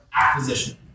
acquisition